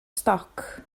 stoc